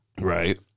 Right